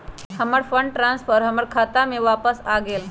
हमर fund transfer हमर खाता में वापस आ गेल